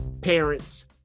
parents